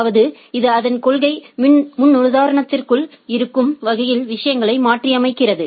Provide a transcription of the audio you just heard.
அதாவது இது அதன் கொள்கை முன்னுதாரணத்திற்குள் இருக்கும் வகையில் விஷயங்களை மாற்றியமைக்கிறது